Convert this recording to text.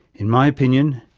in my opinion,